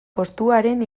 postuaren